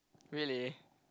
really